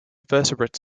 vertebrate